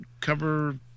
cover